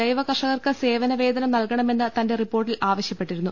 ജൈവ കർഷകർക്ക് സേവന വേതനം നൽകണമെന്ന് തന്റെ റിപ്പോർട്ടിൽ ആവശ്യപ്പെട്ടിരുന്നു